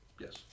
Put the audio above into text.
yes